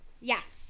Yes